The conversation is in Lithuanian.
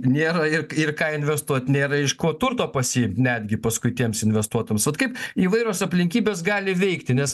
nėra ir ir ką investuot nėra iš ko turto pasiimt netgi paskui tiems investuotojams vat kaip įvairios aplinkybės gali veikti nes